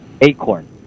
acorn